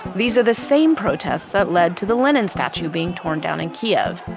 these are the same protests that led to the lenin statue being torn down in kyiv,